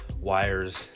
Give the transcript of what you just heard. wires